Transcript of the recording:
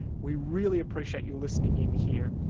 we really appreciate you listening in here.